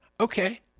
okay